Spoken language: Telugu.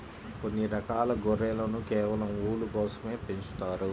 కొన్ని రకాల గొర్రెలను కేవలం ఊలు కోసమే పెంచుతారు